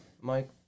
Mike